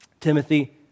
Timothy